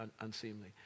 unseemly